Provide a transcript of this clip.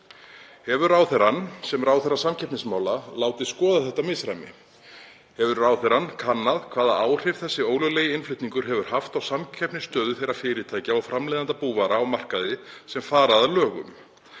Hefur ráðherrann, sem ráðherra samkeppnismála, látið skoða þetta misræmi? Hefur ráðherrann kannað hvaða áhrif þessi ólöglegi innflutningur hefur haft á samkeppnisstöðu þeirra fyrirtækja og framleiðenda búvara á markaði sem fara að lögum?